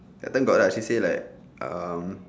that time got ah she say like um